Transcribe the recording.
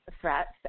threats